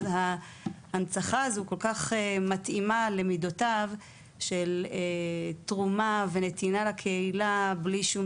אז ההנצחה הזו כל כך מתאימה למידותיו של תרומה ונתינה לקהילה בלי שום